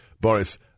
Boris